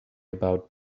about